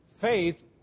faith